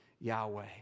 Yahweh